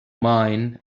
mine